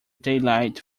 daylight